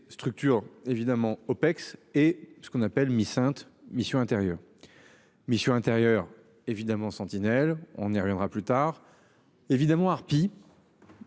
structure évidemment OPEX et ce qu'on appelle mi-sainte mission intérieur. Mais je suis intérieur évidemment sentinelle. On y reviendra plus tard évidemment harpies.